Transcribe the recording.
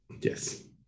Yes